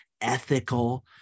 ethical